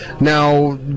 now